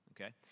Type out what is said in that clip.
Okay